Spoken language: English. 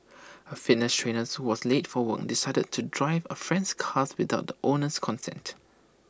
A fitness trainer was late for work decided to drive A friend's car without the owner's consent